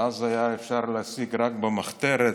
שאז היה אפשר להשיג רק במחתרת.